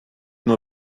nur